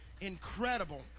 incredible